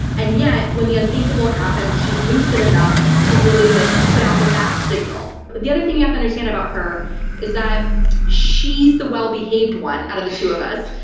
and yet, when the unthinkable happens, she's lucid enough to really like put out the bat-signal. the other thing you have to understand about her is that she's the well behaved one out of two of us.